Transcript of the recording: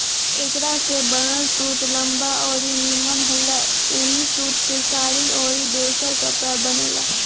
एकरा से बनल सूत लंबा अउरी निमन होला ऐही सूत से साड़ी अउरी दोसर कपड़ा बनेला